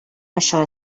això